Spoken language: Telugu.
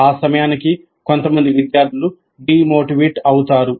ఆ సమయానికి కొంతమంది విద్యార్థులు డీమోటివేట్ అవుతారు